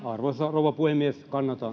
arvoisa rouva puhemies